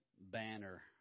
banner